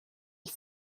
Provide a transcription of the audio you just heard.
ich